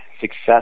success